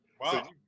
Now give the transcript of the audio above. wow